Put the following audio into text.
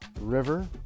river